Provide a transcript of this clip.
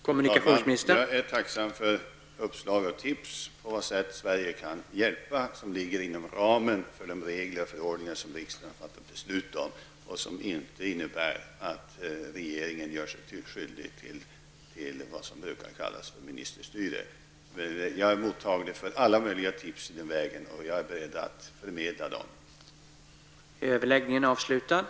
Herr talman! Jag är tacksam för uppslag och tips om på vilka sätt Sverige kan hjälpa till inom ramen för de regler och förordningar som riksdagen har fattat beslut om. Regeringen får inte göra sig skyldig till det som brukar kallas för ministerstyre. Jag är således mottaglig för alla möjliga tips som inte strider mot reglerna och är beredd att förmedla dem till berörda organ.